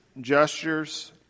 gestures